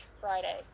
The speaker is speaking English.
Friday